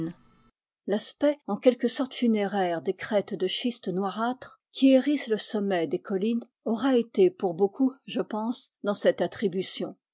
l'aspect en quelque sorte funéraire des crêtes de schiste noirâtre qui hérissent le sommet des collines aura été pour beaucoup je pense dans cette attribution